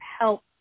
help